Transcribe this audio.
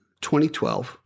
2012